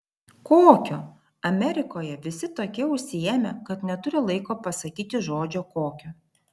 kokio amerikoje visi tokie užsiėmę kad neturi laiko pasakyti žodžio kokio